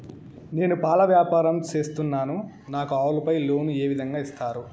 నేను పాల వ్యాపారం సేస్తున్నాను, నాకు ఆవులపై లోను ఏ విధంగా ఇస్తారు